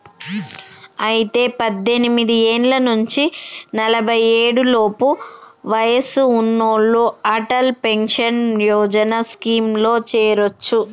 అయితే పద్దెనిమిది ఏళ్ల నుంచి నలఫై ఏడు లోపు వయసు ఉన్నోళ్లు అటల్ పెన్షన్ యోజన స్కీమ్ లో చేరొచ్చు